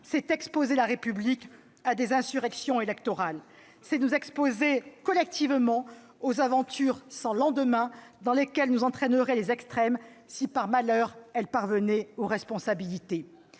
c'est exposer la République à des insurrections électorales. C'est nous exposer collectivement aux aventures sans lendemain dans lesquelles nous entraîneraient les extrêmes si, par malheur, elles parvenaient aux responsabilités.